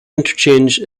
interchange